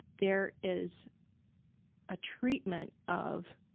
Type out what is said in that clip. there is a treatment of